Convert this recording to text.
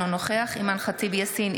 אינו נוכח אימאן ח'טיב יאסין,